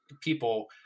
people